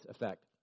effect